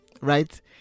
right